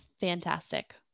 fantastic